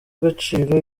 agaciro